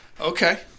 Okay